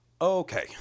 Okay